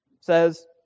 says